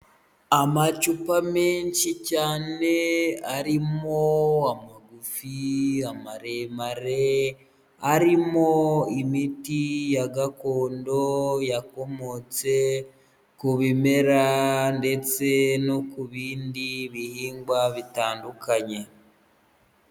Amacupa menshi cyane arimo amagufi, amaremare, arimo imiti ya gakondo yakomotse ku bimera ndetse no ku bindi bihingwa bitandukanye.